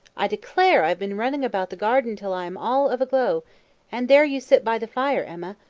i declare i have been running about the garden till i am all of a glow and there you sit by the fire, emma,